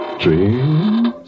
dreams